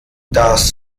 das